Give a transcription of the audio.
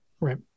right